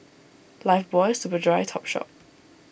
Lifebuoy Superdry Topshop